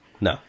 No